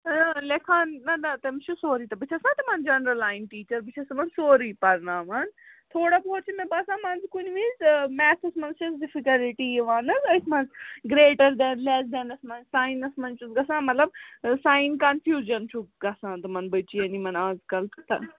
اۭں لیکھان نَہ نَہ تٔمِس چھِ سورُے تہٕ بہٕ چھَس نَہ تِمَن جَنرل لایِن ٹیٖچر بہٕ چھَس تِمَن سورُے پرناوان تھوڑا بہت چھُ مےٚ باسان منٛزٕ کُنہِ وِز میتھَس منٛز چھَس ڈِفِکَلٹی یِوان حظ أتھۍ منٛز گرٛیٹَر دٮ۪ن لٮ۪س دٮ۪نَس منٛز ساینَس منٛز چھُس گژھان مطلب ساین کَنفیوٗجَن چھُکھ گژھان تِمَن بٔچِیَن یِمَن آز کَل تہٕ